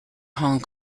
hong